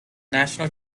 national